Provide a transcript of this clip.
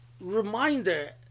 reminder